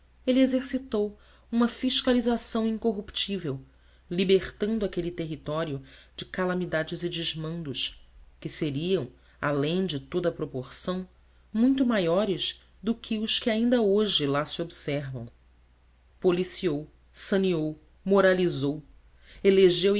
ele exercitou uma fiscalização incorruptível libertando aquele território de calamidades e desmandos que seriam além de toda a proporção muito maiores do que os que ainda hoje lá se observam policiou saneou moralizou elegeu